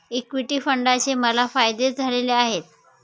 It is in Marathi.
इक्विटी फंडाचे मला फायदेच झालेले आहेत